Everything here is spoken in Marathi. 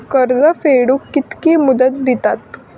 कर्ज फेडूक कित्की मुदत दितात?